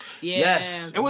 Yes